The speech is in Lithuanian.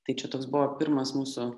tai čia toks buvo pirmas mūsų